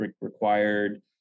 required